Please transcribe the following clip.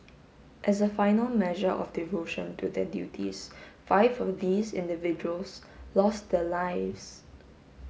as a final measure of devotion to their duties five of these individuals lost their lives